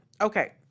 Okay